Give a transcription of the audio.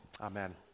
Amen